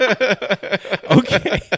Okay